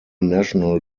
national